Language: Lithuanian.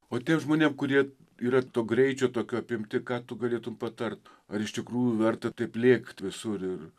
o tiems žmonėm kurie yra to greičio tokio apimti ką tu galėtum patart ar iš tikrųjų verta taip lėkt visur ir